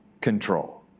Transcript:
control